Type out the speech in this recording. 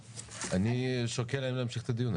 אני שוקל אם להמשיך את הדיון.